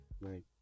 Right